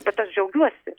bet aš džiaugiuosi